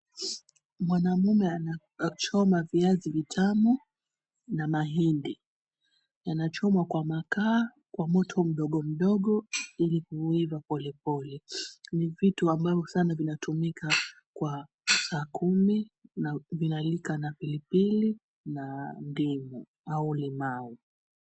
Mwanamume anachoma viazi vitamu na mahindi, yanachomwa kwa makaa kwa moto mdogo mdogo iki kuiva polepole. Ni vitu ambavyo sana vinatumika kwa saa kumi na vinalika na pilipili na ndimu au limau.